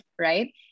right